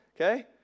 okay